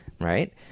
right